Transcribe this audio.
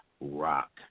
Rock